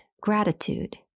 gratitude